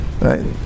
right